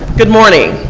good morning.